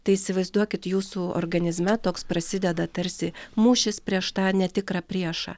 tai įsivaizduokit jūsų organizme toks prasideda tarsi mūšis prieš tą netikrą priešą